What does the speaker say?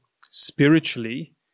spiritually